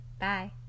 Bye